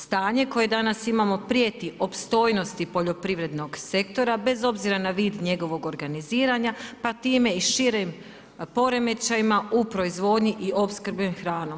Stanje koje danas imamo prijeti opstojnosti poljoprivrednog sektora bez obzira na vid njegovog organiziranja pa time i širim poremećajima u proizvodnji i opskrbi hranom.